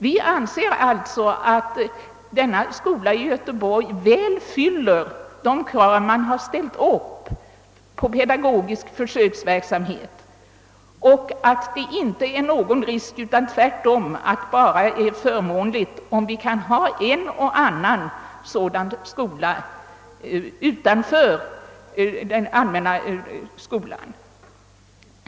Vi anser alltså att denna skola i Göteborg väl fyller de krav man har ställt upp på pedagogisk försöksverksamhet och att det inte medför någon risk utan tvärtom bara är förmånligt om vi kan ha en och annan sådan skola utanför den allmänna skolan.